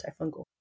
antifungal